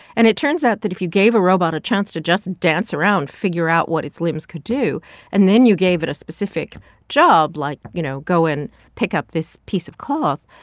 and it turns out that if you gave a robot a chance to just dance around, figure out what its limbs could do and then you gave it a specific job, like, you know, go and pick up this piece of cloth,